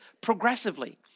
progressively